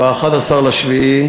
ב-11 ביולי,